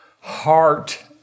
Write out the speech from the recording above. heart